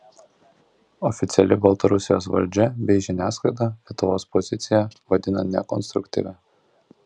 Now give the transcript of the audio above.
oficiali baltarusijos valdžia bei žiniasklaida lietuvos poziciją vadina nekonstruktyvia